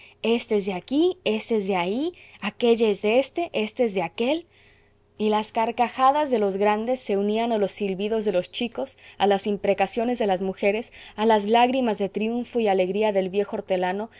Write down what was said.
es de aquí ése es de ahí aquélla es de éste ésta es de aquél y las carcajadas de los grandes se unían a los silbidos de los chicos a las imprecaciones de las mujeres a las lágrimas de triunfo y alegría del viejo hortelano